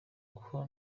uko